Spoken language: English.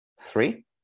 Three